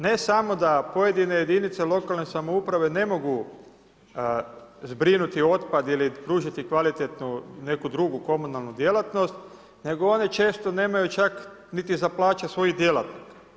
Ne samo da pojedine jedinice lokalne samouprave ne mogu zbrinuti otpad ili pružati kvalitetnu neku drugu komunalnu djelatnost, nego one često nemaju čak niti za plaće svojih djelatnika.